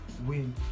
win